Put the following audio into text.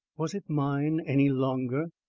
was it mine any longer?